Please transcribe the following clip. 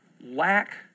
lack